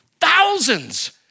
Thousands